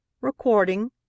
Recording